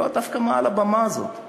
לא דווקא מעל הבמה הזאת,